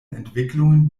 entwicklungen